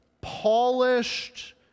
polished